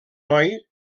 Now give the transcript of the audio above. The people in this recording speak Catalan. noi